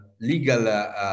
legal